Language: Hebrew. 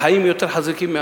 החיים יותר חזקים מהכול.